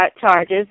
charges